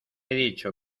dicho